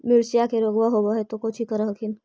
मिर्चया मे रोग्बा होब है तो कौची कर हखिन?